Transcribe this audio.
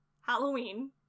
Halloween